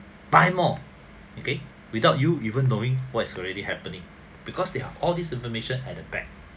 buy more okay without you even knowing what's already happening because they have all this information at the back